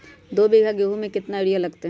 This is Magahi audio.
दो बीघा गेंहू में केतना यूरिया लगतै?